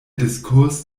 diskurs